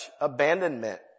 abandonment